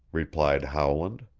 replied howland,